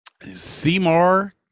Seymour